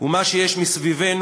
ומה שיש מסביבנו,